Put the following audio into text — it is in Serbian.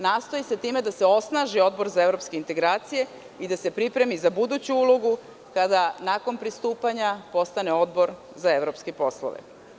Nastoji se time da se osnaži Odbor za evropske integracije i da se pripremi za buduću ulogu kada nakon pristupanja postane odbor za evropske poslove.